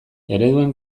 ereduen